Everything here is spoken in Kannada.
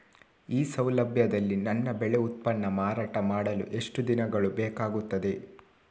ಈ ಸೌಲಭ್ಯದಲ್ಲಿ ನನ್ನ ಬೆಳೆ ಉತ್ಪನ್ನ ಮಾರಾಟ ಮಾಡಲು ಎಷ್ಟು ದಿನಗಳು ಬೇಕಾಗುತ್ತದೆ?